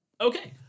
Okay